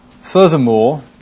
Furthermore